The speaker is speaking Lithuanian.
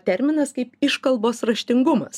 terminas kaip iškalbos raštingumas